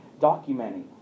documenting